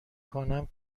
کنم